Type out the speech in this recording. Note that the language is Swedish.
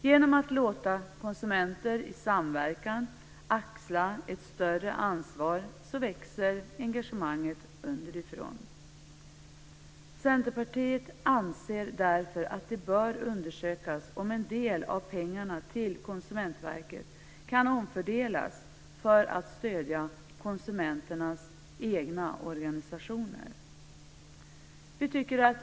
Genom att man låter konsumenter i samverkan axla ett större ansvar växer engagemanget underifrån. Centerpartiet anser därför att det bör undersökas om en del av pengarna till Konsumentverket kan omfördelas för att stödja konsumenternas egna organisationer.